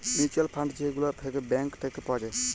mutual fund যে গুলা থাক্যে ব্যাঙ্ক থাক্যে পাওয়া যায়